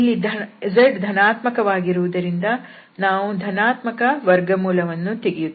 ಇಲ್ಲಿ z ಧನಾತ್ಮಕವಾಗಿರುವುದರಿಂದ ನಾವು ಧನಾತ್ಮಕ ವರ್ಗಮೂಲವನ್ನು ತೆಗೆಯುತ್ತೇವೆ